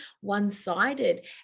one-sided